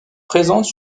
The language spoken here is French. présente